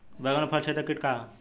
बैंगन में फल छेदक किट का ह?